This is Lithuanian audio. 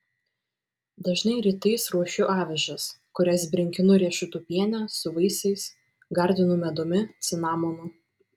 dažnai rytais ruošiu avižas kurias brinkinu riešutų piene su vaisiais gardinu medumi cinamonu